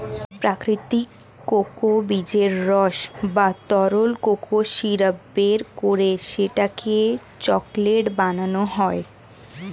প্রাকৃতিক কোকো বীজের রস বা তরল কোকো সিরাপ বের করে সেটাকে চকলেট বানানো হয়